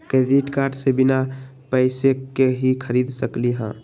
Credit card से बिना पैसे के ही खरीद सकली ह?